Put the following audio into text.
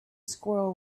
squirrel